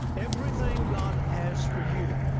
everything god has for you,